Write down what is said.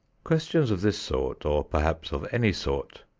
questions of this sort, or perhaps of any sort,